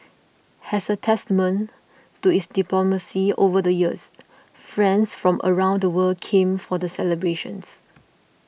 as a testament to its diplomacy over the years friends from around the world came for the celebrations